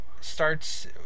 starts